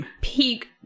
peak